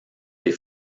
des